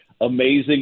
amazing